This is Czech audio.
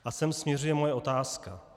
A sem směřuje moje otázka.